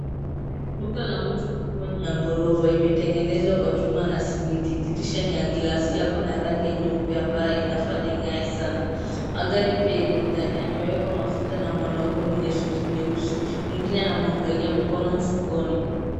Duka la mtu kubwa ni la ghorofa. Imetengenezwa kwa chuma na simiti. Dirisha ni ya glasi. Yako na rangi nyeupe ambayo inafanya ing'ae sana. Magari pia iko ndani yamewekwa mafuta na mwanaume mwenye suti nyeusi, mwingine anamwangalia mkono mfukoni.